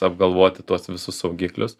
apgalvoti tuos visus saugiklius